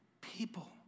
People